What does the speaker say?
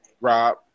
Rob